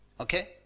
Okay